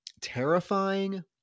terrifying